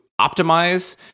optimize